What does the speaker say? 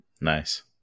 Nice